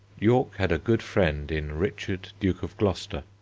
york had a good friend in richard, duke of gloucester.